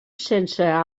sense